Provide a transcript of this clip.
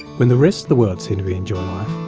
when the rest of the world seemed to be enjoying